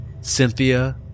Cynthia